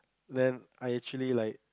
then I actually like